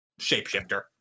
shapeshifter